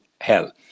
hell